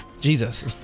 Jesus